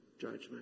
judgment